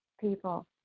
people